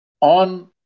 on